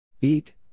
Eat